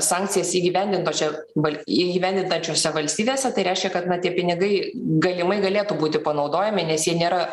sankcijas įgyvendintočia val įgyvendinančiose valstybėse tai reiškia kad tie pinigai galimai galėtų būti panaudojami nes jie nėra